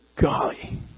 Golly